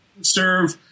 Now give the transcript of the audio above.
serve